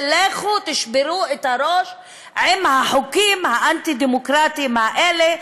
ולכו תשברו את הראש עם החוקים האנטי-דמוקרטיים האלה,